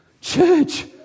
Church